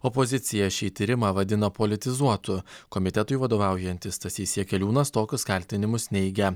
opozicija šį tyrimą vadina politizuotu komitetui vadovaujantis stasys jakeliūnas tokius kaltinimus neigia